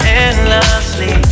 endlessly